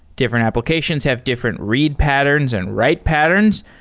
different applications have different read patterns and write patterns.